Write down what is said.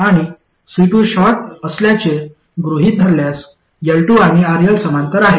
आणि C2 short असल्याचे गृहित धरल्यास L2 आणि RL समांतर आहेत